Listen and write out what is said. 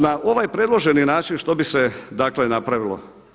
Na ovaj predloženi način što bi se, dakle napravilo.